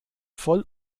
voll